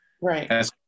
Right